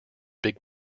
big